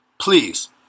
Please